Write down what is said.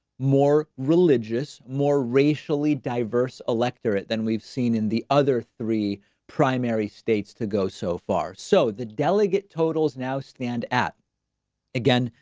more religious, more racially diverse electorate than we've seen in the other three primary states to go so far. so the delegate totals now stand at again,